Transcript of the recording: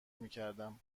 میکردم